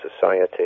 society